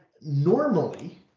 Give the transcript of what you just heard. normally